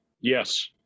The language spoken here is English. Yes